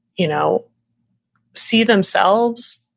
you know see themselves,